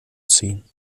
ziehen